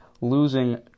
losing